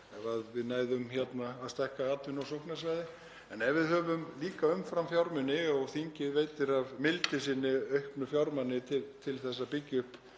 ef við næðum að stækka atvinnusóknarsvæði. Ef við höfum umframfjármuni og þingið veitir af mildi sinni aukið fjármagn til þess að byggja upp